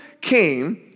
came